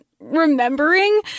remembering